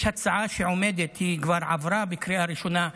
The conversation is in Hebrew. יש הצעה שעומדת וכבר עברה בקריאה ראשונה,